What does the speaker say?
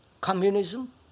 communism